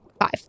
Five